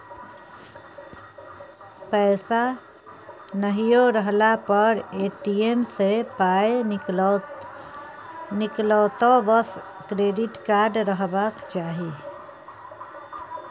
पैसा नहियो रहला पर ए.टी.एम सँ पाय निकलतौ बस क्रेडिट कार्ड रहबाक चाही